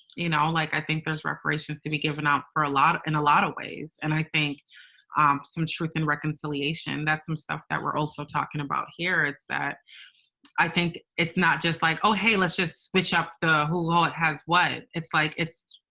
you know, like i think those reparations to be given out for a lot and a lot of ways and i think some truth and reconciliation that some stuff that we're also talking about here, it's that i think it's not just like, oh, hey, let's just switch up the whole who all has what. it's like. it's,